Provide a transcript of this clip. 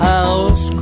House